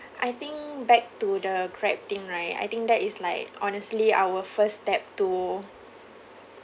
I think back to the Grab thing right I think that is like honestly our first step to